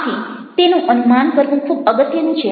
આથી તેનું અનુમાન કરવું ખૂબ અગત્યનું છે